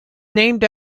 named